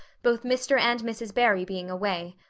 both mr. and mrs. barry being away.